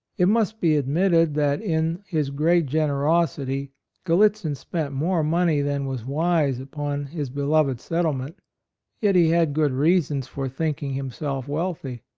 it must be admitted that in his great generosity gallitzin spent more money than was wise upon his beloved settle ment yet he had good reasons for thinking himself wealthy.